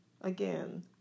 Again